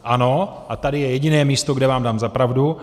Ano, a tady je jediné místo, kde vám dám za pravdu.